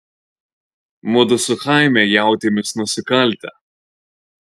mudu su chaime jautėmės nusikaltę